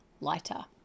lighter